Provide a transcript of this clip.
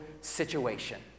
situation